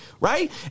Right